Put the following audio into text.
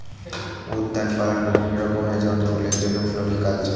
উদ্যান পালন বিভিন্ন রকম হয় যেমন ফুলের জন্যে ফ্লোরিকালচার